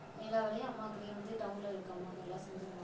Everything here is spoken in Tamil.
எல்லா வேலையும் அம்மாக்களே வந்து டவுன்ல இருக்க அம்மாக்கள்லாம் செஞ்சிருவாங்கள்